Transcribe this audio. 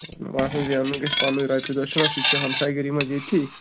مےٚ باسان زینُن گژھِ پنٛنُے رۄپیہِ دَہ چھُنہ سُہ تہِ چھُ ہَمسایے گٔری منٛز ییٚتھی